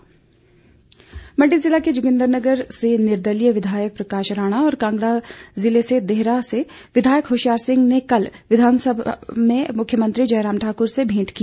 विधायक मंडी ज़िले के जोगिन्द्रनगर से निर्दलीय विधायक प्रकाश राणा और कांगड़ा ज़िले के देहरा से विधायक होशियार सिंह ने कल विधानसभा में मुख्यमंत्री जयराम ठाकुर से भेंट की